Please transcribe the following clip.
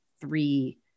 three